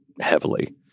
heavily